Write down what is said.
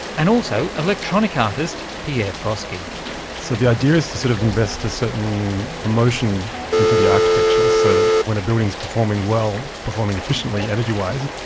and also electronic artist pierre proske. so the idea is to sort of invest a certain emotion into the architecture so that when a building is performing well, performing efficiently energy wise,